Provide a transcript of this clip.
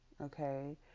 Okay